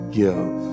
give